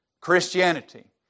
Christianity